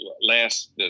Last